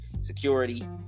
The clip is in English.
Security